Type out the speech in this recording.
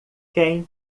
quem